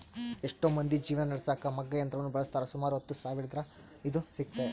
ಎಷ್ಟೊ ಮಂದಿ ಜೀವನ ನಡೆಸಕ ಮಗ್ಗ ಯಂತ್ರವನ್ನ ಬಳಸ್ತಾರ, ಸುಮಾರು ಹತ್ತು ಸಾವಿರವಿದ್ರ ಇದು ಸಿಗ್ತತೆ